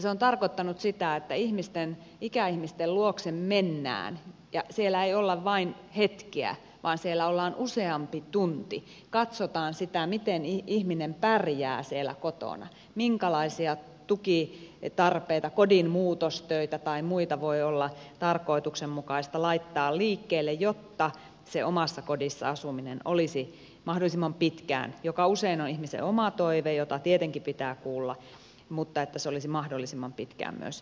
se on tarkoittanut sitä että ikäihmisten luokse mennään ja siellä ei olla vain hetkeä vaan siellä ollaan useampi tunti ja katsotaan sitä miten ihminen pärjää siellä kotona minkälaisia tukitarpeita kodin muutostöitä tai muita voi olla tarkoituksenmukaista laittaa liikkeelle jotta se omassa kodissa asuminen joka usein on ihmisen oma toive jota tietenkin pitää kuulla olisi mahdollisimman pitkään myös mahdollista